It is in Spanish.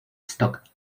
stock